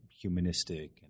humanistic